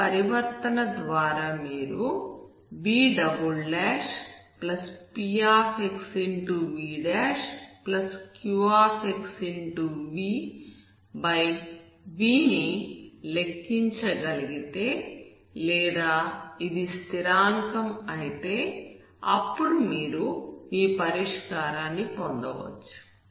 ఈ పరివర్తన ద్వారా మీరు vpxvqvv ని లెక్కించగలిగితే లేదా ఇది స్థిరాంకం అయితే అప్పుడు మీరు మీ పరిష్కారాన్ని పొందవచ్చు